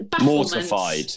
Mortified